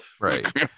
Right